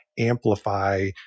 amplify